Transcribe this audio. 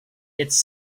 its